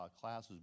classes